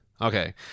Okay